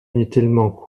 inutilement